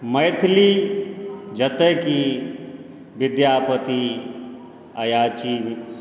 मैथिली जतय कि विद्यापति अयाची